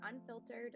unfiltered